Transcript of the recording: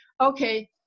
okay